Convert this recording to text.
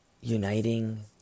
uniting